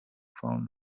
found